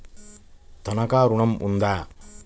తనఖా ఋణం ఉందా?